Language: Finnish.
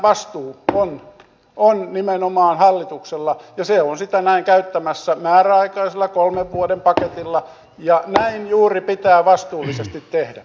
vastuu kansantaloudesta on nimenomaan hallituksella ja se on sitä näin käyttämässä määräaikaisella kolmen vuoden paketilla ja näin juuri pitää vastuullisesti tehdä